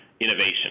innovation